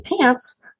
pants